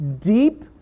deep